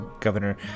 Governor